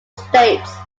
states